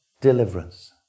deliverance